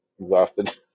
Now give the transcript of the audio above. exhausted